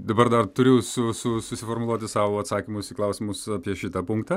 dabar dar turiu su su susiformuluoti sau atsakymus į klausimus apie šitą punktą